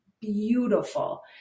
beautiful